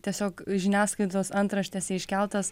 tiesiog žiniasklaidos antraštėse iškeltas